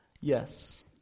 yes